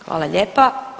Hvala lijepa.